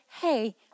hey